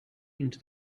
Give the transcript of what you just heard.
into